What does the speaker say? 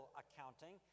accounting